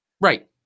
Right